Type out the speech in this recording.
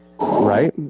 right